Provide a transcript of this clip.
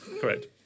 correct